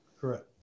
Correct